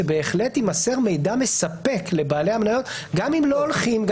שבהחלט יימסר מידע מספק לבעלי המניות גם אם לא הולכים --- טוב,